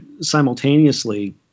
simultaneously